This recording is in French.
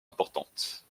importantes